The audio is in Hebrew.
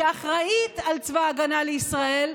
שאחראית לצבא ההגנה לישראל,